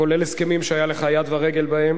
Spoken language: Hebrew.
כולל הסכמים שהיה לך יד ורגל בהם.